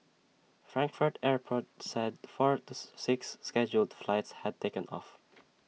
Frankfurt airport said four of six scheduled flights had taken off